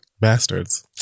Bastards